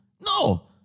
no